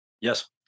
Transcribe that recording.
Yes